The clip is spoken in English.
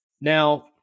Now